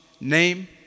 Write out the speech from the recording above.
name